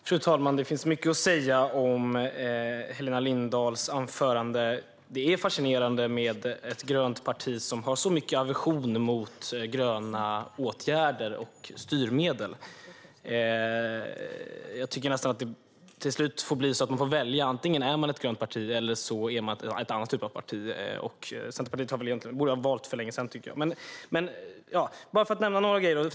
Fru talman! Det finns mycket att säga om Helena Lindahls anförande. Det är fascinerande med ett grönt parti som har så mycket aversioner mot gröna åtgärder och styrmedel. Till slut får man nästan välja: Antingen är man ett grönt parti, eller också är man en annan typ av parti. Jag tycker egentligen att Centerpartiet borde ha valt för länge sedan. Jag vill bara nämna några saker.